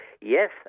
Yes